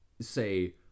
say